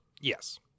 Yes